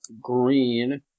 green